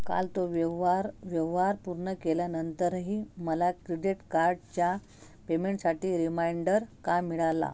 काल तो व्यवहार व्यवहार पूर्ण केल्यानंतरही मला क्रेडिट कार्डच्या पेमेंटसाठी रिमाइंडर का मिळाला